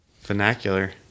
vernacular